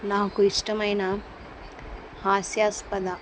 నాకు ఇష్టమైన హాస్యాస్పద